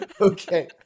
Okay